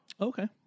Okay